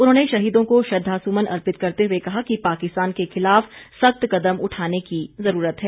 उन्होंने शहीदों को श्रद्वासुमन अर्पित करते हुए कहा कि पाकिस्तान के खिलाफ सख्त कदम उठाने की जरूरत है